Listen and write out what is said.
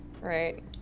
Right